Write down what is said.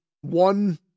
one